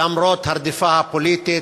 למרות הרדיפה הפוליטית,